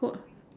what